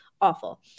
awful